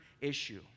issue